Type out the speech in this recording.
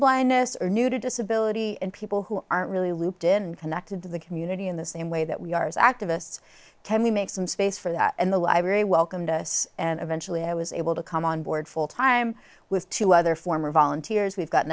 blindness or new to disability and people who aren't really looped in connected to the community in the same way that we are as activists kemi make some space for that and the library welcomed us and eventually i was able to come on board full time with two other former volunteers we've got